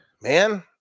man